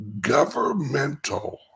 governmental